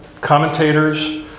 commentators